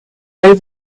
over